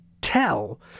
tell